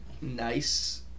nice